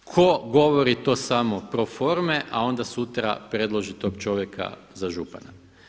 Tko govori to samo pro forme a onda sutra predloži tog čovjeka za župana?